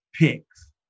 picks